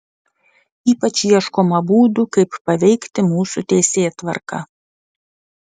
ypač ieškoma būdų kaip paveikti mūsų teisėtvarką